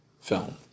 film